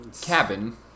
cabin